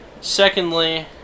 Secondly